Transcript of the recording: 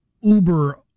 uber